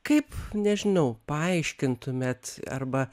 kaip nežinau paaiškintumėt arba